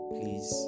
Please